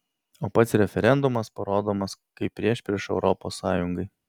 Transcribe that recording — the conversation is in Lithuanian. o pats referendumas parodomas kaip priešprieša europos sąjungai